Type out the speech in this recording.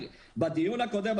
בדיון הקודם,